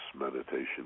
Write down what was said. meditation